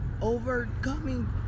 overcoming